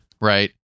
right